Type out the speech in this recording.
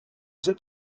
cet